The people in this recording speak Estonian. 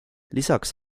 lisaks